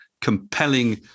compelling